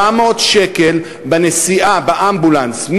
700 שקל על הנסיעה באמבולנס,